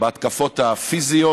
בהתקפות הפיזיות,